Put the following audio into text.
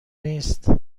نیست